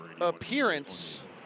appearance